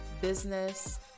business